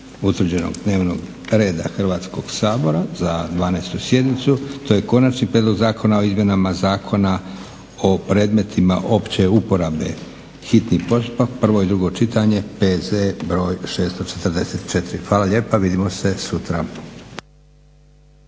utvrđenog dnevnog reda Hrvatskog sabora za 12. sjednicu. To je Konačni prijedlog zakona o izmjenama Zakona o predmetima opće uporabe, hitni postupak, prvo i drugo čitanje, P.Z. br. 644. Hvala lijepa, vidimo se sutra.